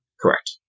Correct